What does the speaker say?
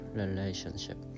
relationship